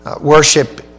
worship